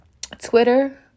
Twitter